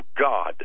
God